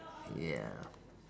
yeah